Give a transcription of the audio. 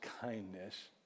kindness